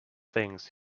things